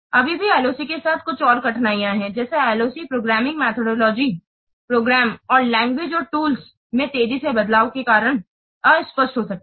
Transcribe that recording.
अभी भी LOC के साथ कुछ और कठिनाइयाँ हैं जैसे LOC प्रोग्रामिंग मेथोडोलोजिज़ प्रोग्राम और लैंग्वेजेज और टूल्स में तेजी से बदलाव के कारण अस्पष्ट हो सकती है